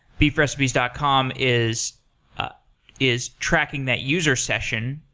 beefrecipes dot com is ah is tracking that user session,